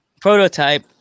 Prototype